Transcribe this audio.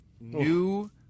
New